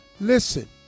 listen